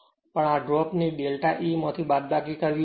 પણ આ ડ્રોપ ની ડેલ્ટા E માથી બાદબાકી કરવી પડશે